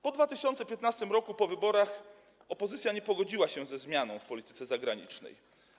Po 2015 r., po wyborach, opozycja nie pogodziła się ze zmianą w polityce zagranicznej.